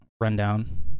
rundown